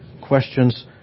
questions